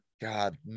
God